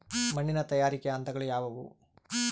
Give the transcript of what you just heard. ಮಣ್ಣಿನ ತಯಾರಿಕೆಯ ಹಂತಗಳು ಯಾವುವು?